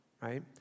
right